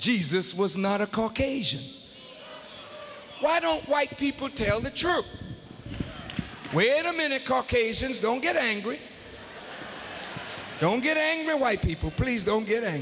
jesus was not a caucasian why don't white people tell the truth wait a minute caucasians don't get angry don't get angry white people please don't get